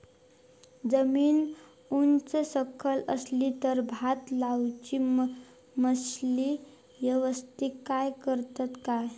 जमीन उच सकल असली तर भात लाऊची मशीना यवस्तीत काम करतत काय?